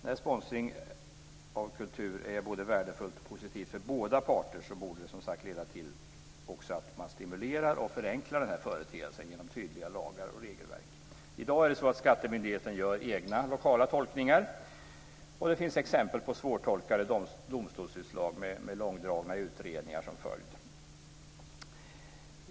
När nu sponsring av kultur är värdefullt för båda parter borde det leda till att man stimulerar och förenklar denna företeelse genom tydliga lagar och regelverk. I dag gör skattemyndigheten egna lokala tolkningar, och det finns exempel på svårtolkade domstolsutslag med långdragna utredningar som följd.